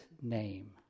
name